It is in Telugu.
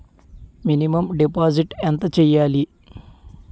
మినిమం డిపాజిట్ ఎంత చెయ్యాలి?